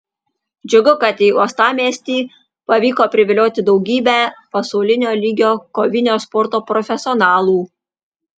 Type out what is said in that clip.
džiugu kad į uostamiestį pavyko privilioti daugybę pasaulinio lygio kovinio sporto profesionalų